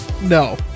no